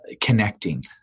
connecting